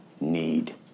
need